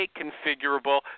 configurable